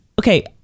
Okay